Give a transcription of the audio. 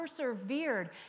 persevered